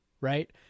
right